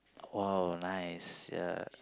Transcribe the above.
!wow! nice yeah